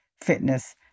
fitness